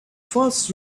first